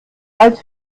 als